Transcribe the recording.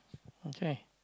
okay